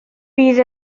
bydd